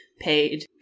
paid